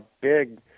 big